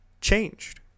changed